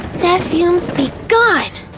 death fumes, be gone!